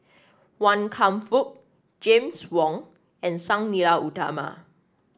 Wan Kam Fook James Wong and Sang Nila Utama